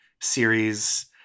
series